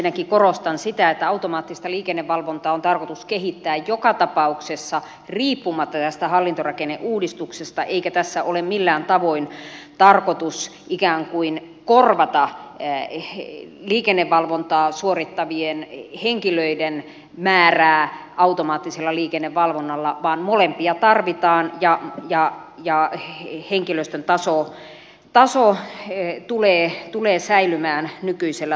ensinnäkin korostan sitä että automaattista liikennevalvontaa on tarkoitus kehittää joka tapauksessa riippumatta tästä hallintorakenneuudistuksesta eikä tässä ole millään tavoin tarkoitus ikään kuin korvata liikennevalvontaa suorittavien henkilöiden määrää automaattisella liikennevalvonnalla vaan molempia tarvitaan ja henkilöstön määrä tulee säilymään nykyisellä tasolla